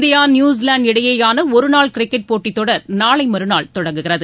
India New Zealand இடையேயான ஒருநாள் cricket போட்டித் தொடர் நாளை மறுநாள் தொடங்குகிறது